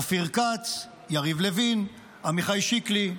אופיר כץ, יריב לוין, עמיחי שיקלי,